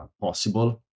possible